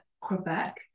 Quebec